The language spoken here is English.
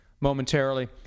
momentarily